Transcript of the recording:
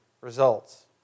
results